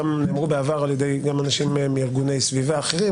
גם נאמרו בעבר על ידי אנשים מארגוני סביבה אחרי,